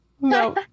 No